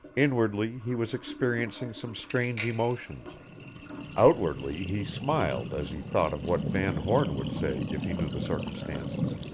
inwardly he was experiencing some strange emotions outwardly he smiled as he thought of what van horn would say if he knew the circumstances.